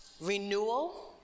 renewal